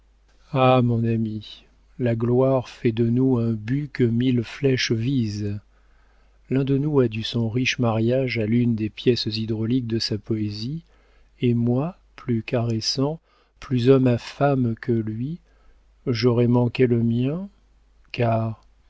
ah mon ami la gloire fait de nous un but que mille flèches visent l'un de nous a dû son riche mariage à l'une des pièces hydrauliques de sa poésie et moi plus caressant plus homme à femmes que lui j'aurai manqué le mien car